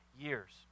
years